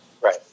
Right